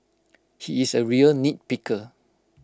he is A real nitpicker